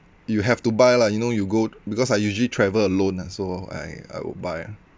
you have to buy lah you know you go because I usually travel alone ah so I I would buy